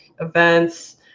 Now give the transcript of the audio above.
events